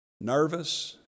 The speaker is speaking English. nervous